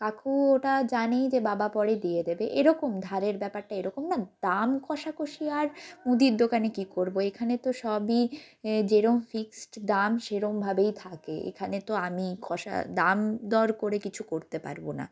কাকু ওটা জানেই যে বাবা পরে দিয়ে দেবে এরকম ধারের ব্যাপারটা এরকম না দাম কষাকষি আর মুদির দোকানে কী করবো এখানে তো সবই যেরম ফিক্সড দাম সেরমভাবেই থাকে এখানে তো আমি কষা দাম দর করে কিছু করতে পারবো না